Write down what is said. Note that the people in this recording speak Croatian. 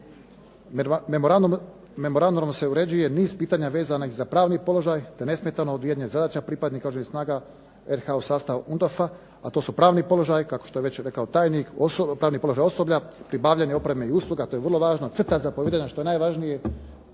Memorandumom se uređuje niz pitanja vezanih za pravni položaj, te nesmetano odvijanje zadaća pripadnika Oružanih snaga RH u sastavu UNDOF-a, a to su pravni položaji kao što je već rekao tajnik, pravni položaj osoblja, pribavljanje opreme i usluga. To je vrlo važno. Crta zapovijedanja što je najvažnije